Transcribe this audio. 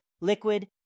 liquid